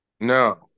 No